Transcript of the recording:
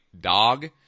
dog